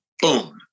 boom